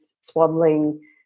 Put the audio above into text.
swaddling